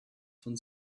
von